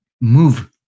move